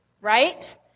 right